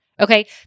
Okay